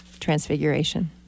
transfiguration